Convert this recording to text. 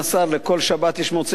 לכל שבת יש מוצאי-שבת.